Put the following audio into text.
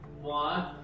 One